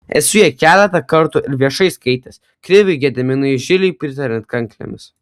esu ją keletą kartų ir viešai skaitęs kriviui gediminui žiliui pritariant kanklėmis